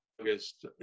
August